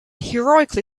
heroically